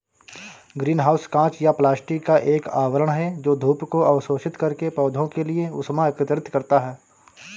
green house कांच या plastic का एक आवरण है जो धूप को अवशोषित करके पौधों के लिए ऊष्मा एकत्रित करता है